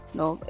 no